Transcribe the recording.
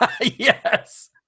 Yes